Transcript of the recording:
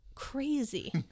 crazy